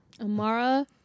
Amara